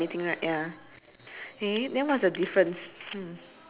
and then the door on the floor there's a lines like trying to travel out like that